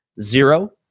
zero